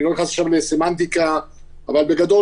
אני לא נכנס עכשיו לסמנטיקה אבל בגדול